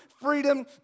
Freedom